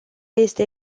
este